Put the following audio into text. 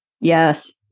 Yes